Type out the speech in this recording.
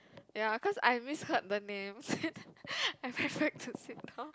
ya cause I misheard the names I went back to sit down